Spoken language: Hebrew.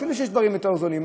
אפילו שיש דברים יותר זולים,